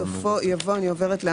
בסופו יבוא: "(ד)